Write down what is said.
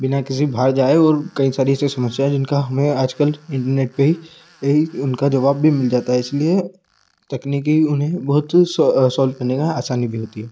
बिना किसी बाहर जाए और कई सारी समस्याएँ हैं जिनका हमें आजकल इंनेट पर ही यही उनका जवाब भी मिल जाता है इसलिए तकनीकी उन्हें बहुत सौ सॉल्व करने का आसानी भी होती है